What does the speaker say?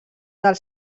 del